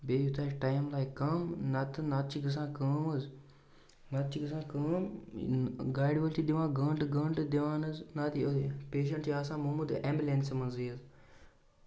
بیٚیہِ یوٗتاہ اَسہِ ٹایِم لَگہِ کَم نَتہٕ نَتہٕ چھِ گَژھان کٲم حظ نَتہٕ چھِ گَژھان کٲم گاڑِ وٲلۍ چھِ دِوان گنٹہٕ گنٛٹہٕ دِوان حظ نَتہٕ یہے پیشَنٛٹ چھِ آسان مومُت ایمبولینسہِ منٛزٕے حظ